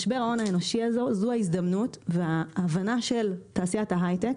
משבר ההון האנושי הוא ההזדמנות וההבנה של תעשיית ההיי-טק,